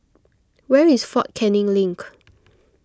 where is fort Canning Link